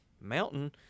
mountain